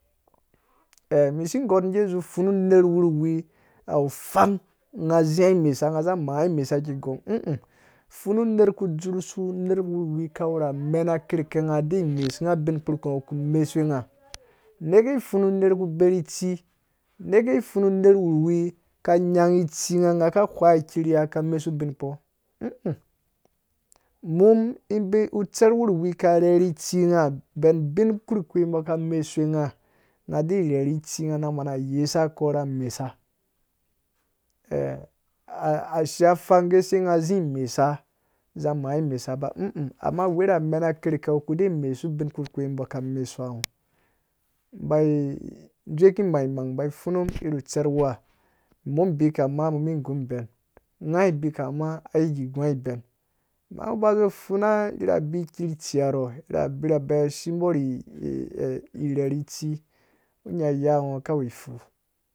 misi ngɔtum gɛ ngĩ zi pfunũ wurhuwi au pfang ngã zia imesa ngã za mãã imesa ki gong pfunu nerh ku dzurh su, nerh wurhuwi kawu na amɛ̃na kirike nga dɛ mesu nga bin kpurkpi ngɔ ku mesuwe nga. neke pfunũ nerh ku berhi itsi nga nga ka hwa iker ya nga ka mesu ubinkpo mum ibei utserh wurhiwi ka rherhi tsi nga bɛn ubin kurkpi mbɔ ka mesuwe nga nga de reri itsi ngã na mana yesa ko mesa ashiya pfang gɛ se nga zi imesa za ma imesa ba ama we ra amen akirhake ku de mesu bin kurkpi mbɔ ka mesuwa ngɔ ndzowu kum imangmang mbai pfunun irhu tserh wua mum ibikam mã mi nggum ibɛn ngã ibika nga ma ai gi gua ibɛn ma ngno ba zi pfuna ira abi ikertsia rɔ ira birabe simbɔ irherhi itsi kpu nya iya ngɔ kawu ifu.